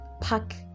pack